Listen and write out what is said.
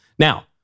Now